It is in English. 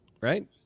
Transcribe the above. right